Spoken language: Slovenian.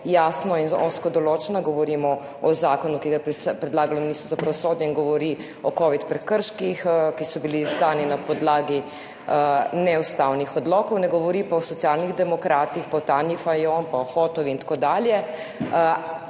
jasno in ozko določena, govorimo o zakonu, ki ga je predlagalo Ministrstvo za pravosodje, in govori o covid prekrških, ki so bili izdani na podlagi neustavnih odlokov, ne govori pa o Socialnih demokratih pa o Tanji Fajon pa o Hotovi in tako dalje.